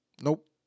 Nope